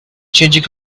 changing